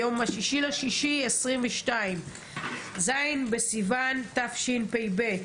היום 6 ביוני 2022, ז' בסיוון תשפ"ב.